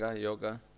yoga